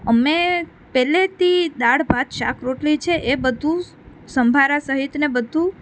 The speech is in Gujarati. અમે પહેલેથી દાળ ભાત શાક રોટલી છે એ બધું સંભારા સહિત ને બધું